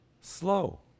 slow